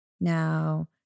Now